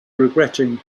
regretting